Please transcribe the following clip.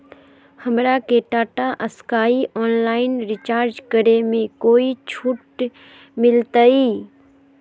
हमरा के Tata sky online recharge करे में कोई छूट मिलतई